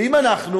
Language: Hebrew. ואם אנחנו